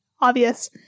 obvious